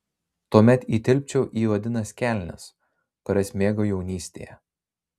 tuomet įtilpčiau į odines kelnes kurias mėgau jaunystėje